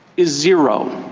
is zero.